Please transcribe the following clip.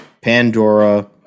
Pandora